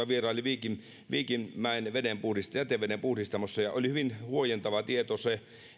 vieraili viikinmäen viikinmäen jätevedenpuhdistamossa ja oli hyvin huojentava tieto se